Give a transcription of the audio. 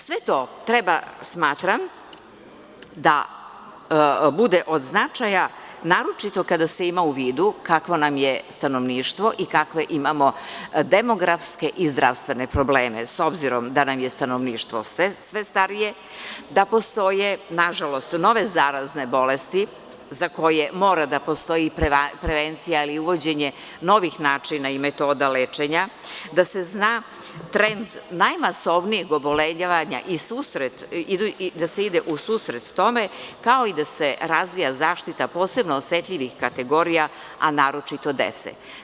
Sve to treba, smatram, da bude od značaja, naročito kada se ima u vidu kakvo nam je stanovništvo i kakve imamo demografske i zdravstvene probleme, s obzirom da nam je stanovništvo sve starije, da postoje nažalost nove zarazne bolesti za koje mora da postoji i prevencija ili uvođenje novih načina i metoda lečenja, da se zna trend najmasovnijeg obolevanja i da se ide u susret tome, kao i da se razvija zaštita posebno ose4tljivih kategorija, a naročito dece.